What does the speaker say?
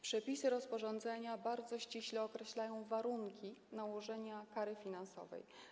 Przepisy rozporządzenia bardzo ściśle określają warunki nałożenia kary finansowej.